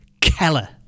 Keller